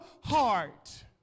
heart